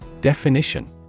Definition